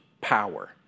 power